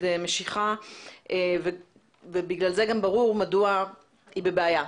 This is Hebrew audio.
משיכה ובגלל זה גם ברור מדוע היא בבעיה.